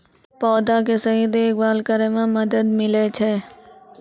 पौधा के सही देखभाल करै म मदद मिलै छै